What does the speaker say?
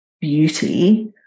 beauty